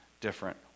different